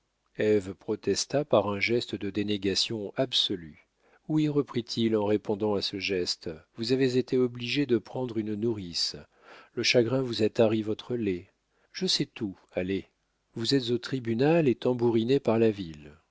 ève protesta par un geste de dénégation absolue oui reprit-il en répondant à ce geste vous avez été obligée de prendre une nourrice le chagrin vous a tari votre lait je sais tout allez vous êtes au tribunal et tambourinés par la ville